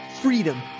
freedom